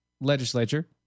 Legislature